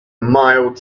mild